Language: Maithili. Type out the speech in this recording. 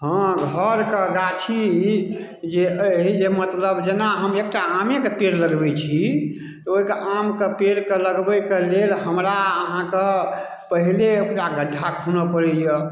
हँ घरके गाछी जे अइ जे मतलब जेना हम एकटा आमेके पेड़ लगबै छी ओइके आमके पेड़के लगबैके लेल हमरा अहाँके पहिले ओकरा गड्ढा खुनऽ पड़ैए